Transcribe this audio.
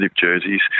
jerseys